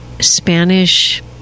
Spanish